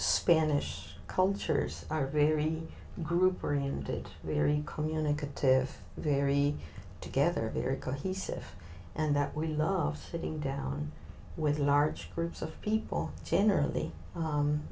spanish cultures are very group or indeed very communicative very together very cohesive and that we love sitting down with large groups of people generally